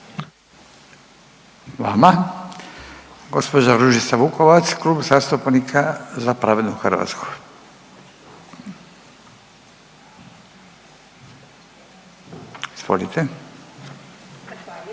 lijepa. Gospođa Ružica Vukovac, Klub zastupnika Za pravednu Hrvatsku. Izvolite.